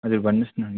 हजुर भन्नुहोस् न